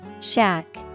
Shack